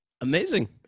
Amazing